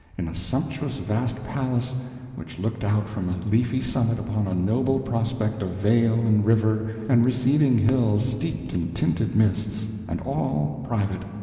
in a sumptuous vast palace which looked out from a leafy summit upon a noble prospect of vale and river and receding hills steeped in tinted mists and all private,